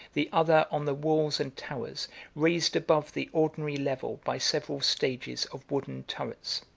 the other on the walls and towers raised above the ordinary level by several stages of wooden turrets.